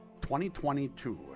2022